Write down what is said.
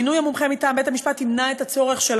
מינוי המומחה מטעם בית-המשפט ימנע את הצורך של